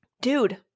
Dude